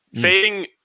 Fading